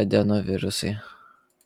adenovirusai